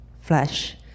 flesh